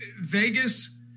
Vegas